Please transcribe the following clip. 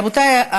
רבותיי,